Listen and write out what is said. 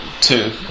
two